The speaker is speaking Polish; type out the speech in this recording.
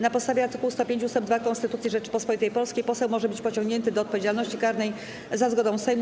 Na podstawie art. 105 ust. 2 Konstytucji Rzeczypospolitej Polskiej poseł może być pociągnięty do odpowiedzialności karnej za zgodą Sejmu.